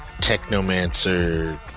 technomancer